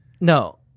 No